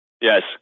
yes